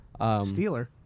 steeler